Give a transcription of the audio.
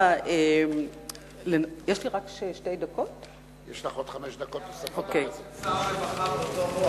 היו גם הערות של שר הרווחה באותה רוח,